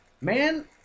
man